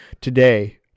Today